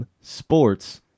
sports